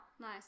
Nice